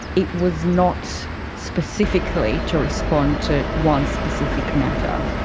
it was not specifically to respond to one specific matter?